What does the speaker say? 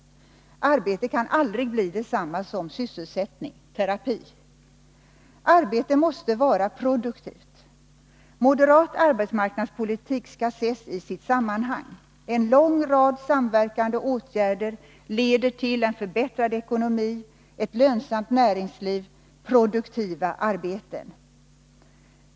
Arbete kan aldrig bli detsamma som sysselsättning/terapi. Arbete måste vara produktivt. Moderat arbetsmarknadspolitik skall ses i sitt sammanhang. En lång rad samverkande åtgärder leder till en förbättrad ekonomi, ett lönsamt näringsliv och produktiva arbeten.